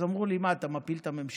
ואז אמרו לי: מה, אתה מפיל את הממשלה?